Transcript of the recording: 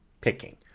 picking